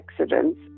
accidents